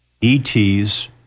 ETs